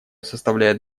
составляет